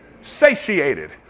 Satiated